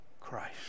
Christ